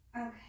Okay